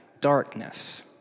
darkness